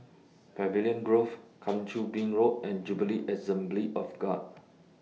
Pavilion Grove Kang Choo Bin Road and Jubilee Assembly of God